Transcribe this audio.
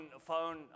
phone